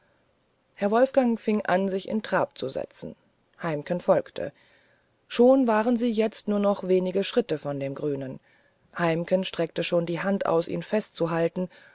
herr wolfgang fing an sich in trab zu setzen heimken folgte schon waren sie jetzt nur noch wenige schritte von dem grünen heimken streckte schon die hand aus ihn festzuhalten